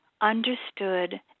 understood